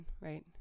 right